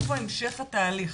איפה המשך התהליך?